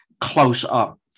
close-up